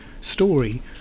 story